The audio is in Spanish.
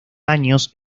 años